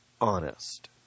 honest